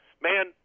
man